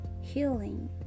healing